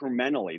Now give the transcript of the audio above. incrementally